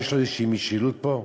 יש לו איזו משילות פה?